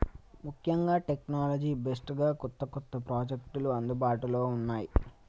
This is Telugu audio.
ముఖ్యంగా టెక్నాలజీ బేస్డ్ గా కొత్త కొత్త ప్రాజెక్టులు అందుబాటులో ఉన్నాయి